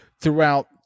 throughout